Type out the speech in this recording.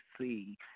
see